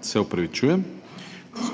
Se opravičujem.